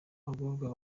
abagororwa